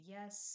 Yes